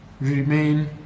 remain